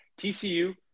tcu